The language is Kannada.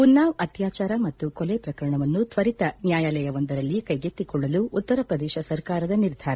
ಉನ್ನಾವ್ ಅತ್ವಾಚಾರ ಮತ್ತು ಕೊಲೆ ಪ್ರಕರಣವನ್ನು ತ್ವರಿತ ನ್ನಾಯಾಲಯವೊಂದರಲ್ಲಿ ಕೈಗೆತ್ತಿಕೊಳ್ಳಲು ಉತ್ತರಪ್ರದೇತ ಸರ್ಕಾರದ ನಿರ್ಧಾರ